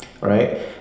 right